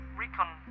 recon